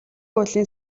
уулын